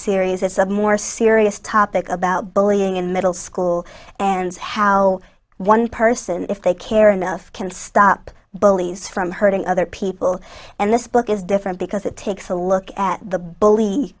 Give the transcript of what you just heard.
series it's a more serious topic about bullying in middle school and it's how one person if they care enough can stop bullies from hurting other people and this book is different because it takes a look at the bully